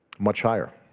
much higher.